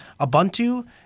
Ubuntu